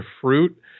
fruit